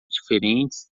diferentes